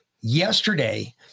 yesterday